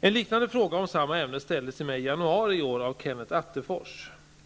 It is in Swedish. En liknande fråga om samma ämne ställdes till mig i januari i år av Kenneth Attefors.